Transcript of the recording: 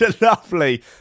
lovely